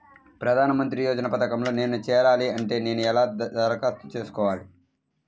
ప్రధాన మంత్రి యోజన పథకంలో నేను చేరాలి అంటే నేను ఎలా దరఖాస్తు చేసుకోవాలి?